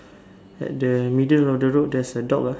at the middle of the road there's a dog ah